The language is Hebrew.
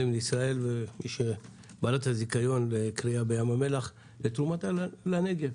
לישראל בעלת הזיכיון בים המלח ולתרומה לנגב,